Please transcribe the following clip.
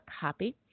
copy